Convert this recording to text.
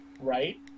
right